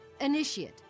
initiate